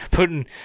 putting